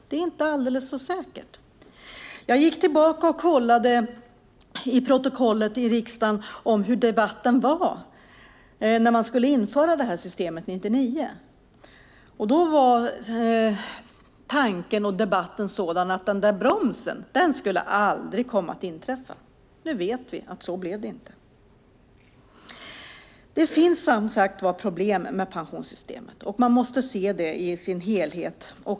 Det är inte alldeles säkert. Jag har gått tillbaka och kollat i riksdagens protokoll hur debatten var 1999 när det här systemet skulle införas. Tanken och debatten handlade då om att "den där bromsen" aldrig skulle komma att inträffa. Nu vet vi att det inte blev så som man då tänkte. Det finns, som sagt, problem med pensionssystemet. Men man måste se det i dess helhet.